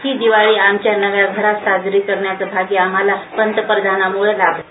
हि दिवाळी आमच्या नविन घरात साजरी करण्याचं भाग्य आम्हाला पंतप्रधाना मुळे लाभलं